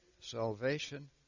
salvation